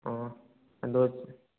ꯑꯣ ꯑꯗꯣ